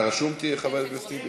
אתה רשום, חבר הכנסת טיבי?